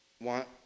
want